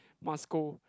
must scold